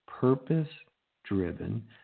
purpose-driven